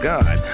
God